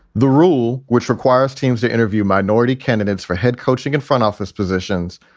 the rule, which requires teams to interview minority candidates for head coaching and front office positions,